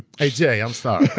hey jay, i'm sorry.